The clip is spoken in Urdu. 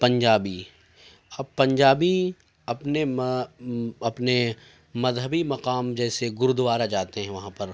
پنجابی اب پنجابی اپنے اپنے مذہبی مقام جیسے گرودوارہ جاتے ہیں وہاں پر